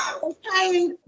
Okay